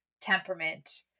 temperament